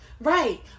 Right